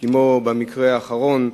כמו במקרה האחרון.